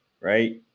right